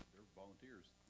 volunteers,